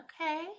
Okay